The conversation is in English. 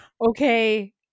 okay